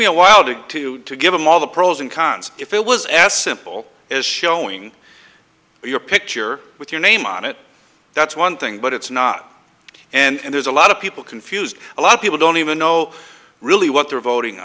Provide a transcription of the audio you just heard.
me a while to to give them all the pros and cons if it was as simple as showing your picture with your name on it that's one thing but it's not and there's a lot of people confused a lot of people don't even know really what they're voting